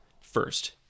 first